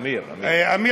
אמיר, אמיר.